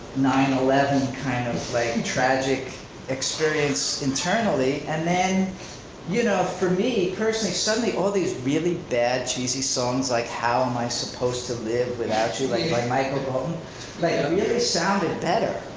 nine eleven kind of like and tragic experience internally, and then you know for me, personally suddenly all these really bad, cheesy songs, like how am i supposed to live without you but you by michael bolton really um yeah sounded better.